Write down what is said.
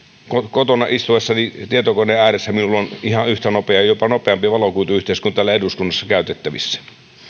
kotona istuessani tietokoneen ääressä minulla on käytettävissäni ihan yhtä nopea jopa nopeampi valokuituyhteys kuin täällä eduskunnassa